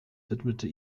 widmete